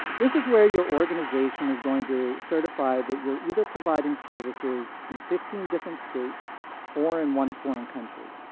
this is where your organization is going to certify that you're either providing services in fifteen different states or in one foreign country.